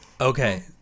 Okay